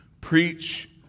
preach